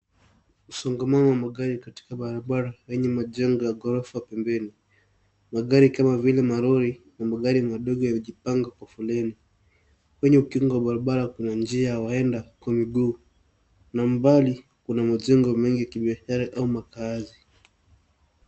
Msongamano wa magari katika barabara yenye majengo ya gorofa pembeni. Magari kama vile malori na magari madogo yamejipanga kwa foleni. Kwenye ukingo wa barabara kuna njia ya waenda kwa miguu, na mbali kuna majengo mengi ya kibiashara au makaazi.